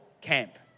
camp